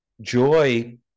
joy